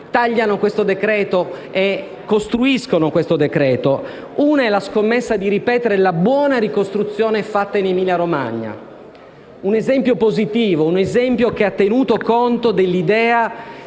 ne sono due che costruiscono questo decreto-legge. Una è la scommessa di ripetere la buona ricostruzione fatta in Emilia-Romagna: un esempio positivo, un esempio che ha tenuto conto dell'idea